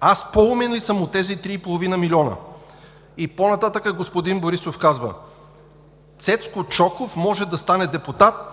Аз по-умен ли съм от тези три и половина милиона?“ И по-нататък господин Борисов казва: „Цецко Чоков може да стане депутат –